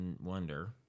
wonder